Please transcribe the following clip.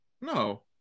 No